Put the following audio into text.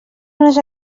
unes